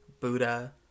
Buddha